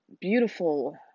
beautiful